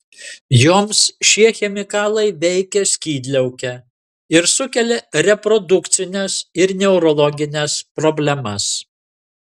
joms šie chemikalai veikia skydliaukę ir sukelia reprodukcines ir neurologines problemas